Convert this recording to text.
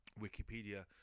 Wikipedia